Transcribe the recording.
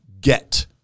get